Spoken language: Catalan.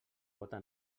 bóta